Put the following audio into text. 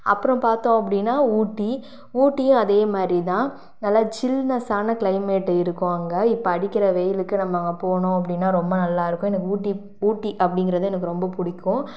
அப்புறம் பார்த்தோம் அப்படின்னா ஊட்டி ஊட்டியும் அதே மாரி தான் நல்லா சில்னஸ்ஸான கிளைமேட் இருக்கும் அங்கே இப்போ அடிக்கிற வெயிலுக்கு நம்ம அங்கே போனோம் அப்படின்னா ரொம்ப நல்லா இருக்கும் எனக்கு ஊட்டி ஊட்டி அப்படிங்கிறது எனக்கு ரொம்ப பிடிக்கும்